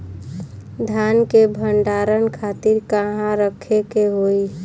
धान के भंडारन खातिर कहाँरखे के होई?